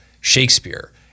Shakespeare